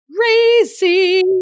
crazy